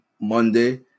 Monday